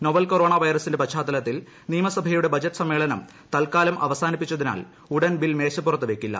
novel corona വൈറസിന്റെ പശ്ചാത്തലത്തിൽ നിയമസഭയുടെ ബജറ്റ് സമ്മേളനം തൽക്കാലം അവസാനിപ്പിച്ചതിനാൽ ഉടൻ ബിൽ മേശപ്പുറത്ത് വക്കില്ല